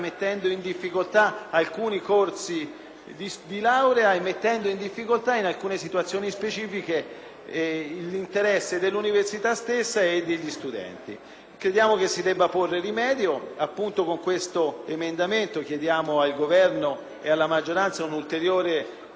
di laurea e, in alcune situazioni specifiche, l'interesse dell'università stessa e degli studenti. Crediamo vi si debba porre rimedio e con questo emendamento chiediamo al Governo e alla maggioranza un'ulteriore riflessione in modo che si torni,